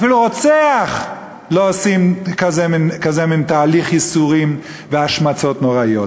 אפילו לרוצח לא עושים כזה מין תהליך ייסורים והשמצות נוראיות.